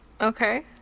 Okay